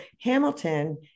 Hamilton